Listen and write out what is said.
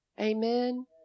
Amen